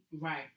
right